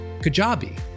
kajabi